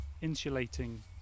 insulating